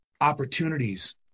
opportunities